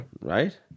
Right